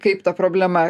kaip ta problema